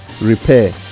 repair